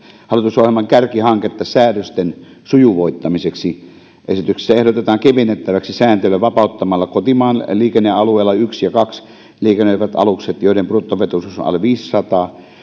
hallitusohjelman kärkihanketta säädösten sujuvoittamiseksi esityksessä ehdotetaan sääntelyä kevennettäväksi vapauttamalla kotimaan liikennealueilla yksi ja kaksi liikennöivät alukset joiden bruttovetoisuus on alle viisisataa